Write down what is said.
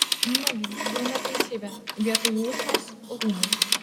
nagi gryna teisybė vietoj lūšnos rūmai